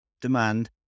demand